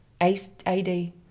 AD